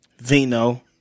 Vino